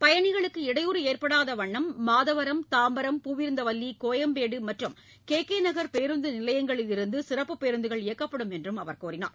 பயனிகளுக்கு இடையூறு ஏற்படாத வண்ணம் மாதவரம் தாம்பரம் பூவிருந்தவல்லி கோயம்பேடு மற்றும் கே கே ் நகர் பேருந்து நிலையங்களிலிருந்து சிறப்பு பேருந்துகள் இயக்கப்படும் என்றும் அவர் கூறினார்